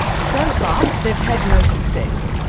so far, they've had no success.